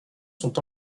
sont